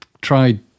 tried